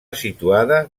situada